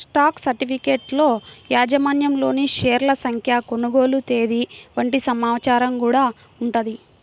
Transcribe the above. stock సర్టిఫికెట్లలో యాజమాన్యంలోని షేర్ల సంఖ్య, కొనుగోలు తేదీ వంటి సమాచారం గూడా ఉంటది